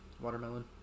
Watermelon